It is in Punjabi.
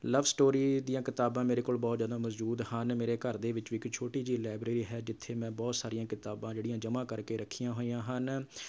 ਲਵ ਸਟੋਰੀ ਦੀਆਂ ਕਿਤਾਬਾਂ ਮੇਰੇ ਕੋਲ ਬਹੁਤ ਜ਼ਿਆਦਾ ਮੌਜੂਦ ਹਨ ਮੇਰੇ ਘਰ ਦੇ ਵਿੱਚ ਵੀ ਇੱਕ ਛੋਟੀ ਜਿਹੀ ਲਾਈਬ੍ਰੇਰੀ ਹੈ ਜਿੱਥੇ ਮੈਂ ਬਹੁਤ ਸਾਰੀਆਂ ਕਿਤਾਬਾਂ ਜਿਹੜੀਆਂ ਜਮ੍ਹਾਂ ਕਰਕੇ ਰੱਖੀਆਂ ਹੋਈਆਂ ਹਨ